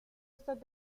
estas